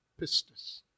pistis